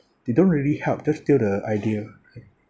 they don't really help just steal the idea